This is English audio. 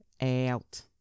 Out